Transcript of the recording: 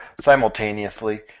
simultaneously